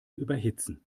überhitzen